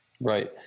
Right